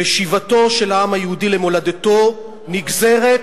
ושיבתו של העם היהודי למולדתו נגזרת,